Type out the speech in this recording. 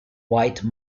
white